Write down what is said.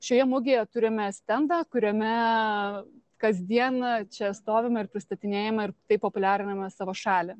šioje mugėje turime stendą kuriame kasdieną čia stovime ir pristatinėjame ir taip populiariname savo šalį